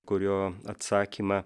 kurio atsakymą